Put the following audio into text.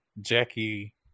Jackie